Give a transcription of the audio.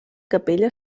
capella